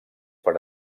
per